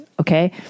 Okay